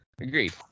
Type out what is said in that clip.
Agreed